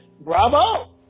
Bravo